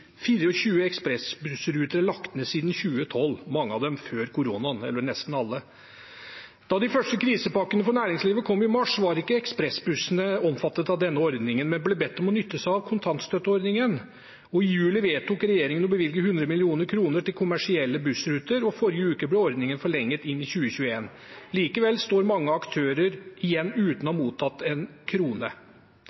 ekspressbussruter er lagt ned siden 2012, mange av dem, nesten alle, før koronaen. Da de første krisepakkene for næringslivet kom i mars, var ikke ekspressbussene omfattet av denne ordningen, men ble bedt om å nytte seg av kontantstøtteordningen. I juli vedtok regjeringen å bevilge 100 mill. kr til kommersielle bussruter, og i forrige uke ble ordningen forlenget inn i 2021. Likevel står mange aktører igjen uten å